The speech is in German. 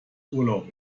urlaub